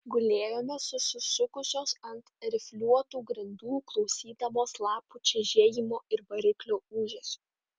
gulėjome susisukusios ant rifliuotų grindų klausydamos lapų čežėjimo ir variklio ūžesio